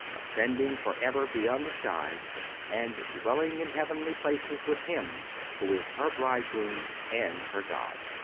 ascending for ever beyond the skies and dwelling in heavenly places with him who is her bridegroom and her god.